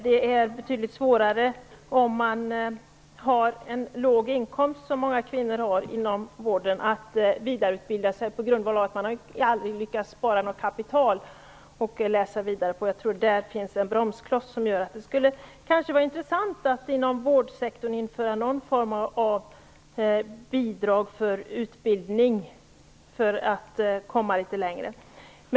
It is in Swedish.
Det är betydligt svårare att vidareutbilda sig om man har en låg inkomst, som många kvinnor inom vården har, på grund av att man aldrig har lyckats att spara ihop till något kapital som kan användas för att läsa vidare. Där finns en bromskloss. Det vore intressant om man inom vårdsektorn införde någon form av bidrag för vidareutbildning.